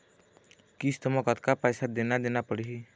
किस्त म कतका पैसा देना देना पड़ही?